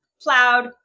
plowed